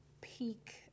peak